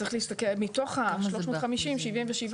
צריך להסתכל מתוך ה-650 מיליוני שקלים,